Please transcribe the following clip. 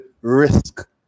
risk